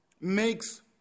Makes